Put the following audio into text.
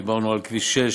דיברנו על כביש 6,